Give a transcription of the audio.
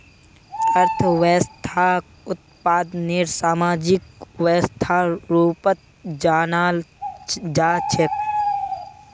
अर्थव्यवस्थाक उत्पादनेर सामाजिक व्यवस्थार रूपत जानाल जा छेक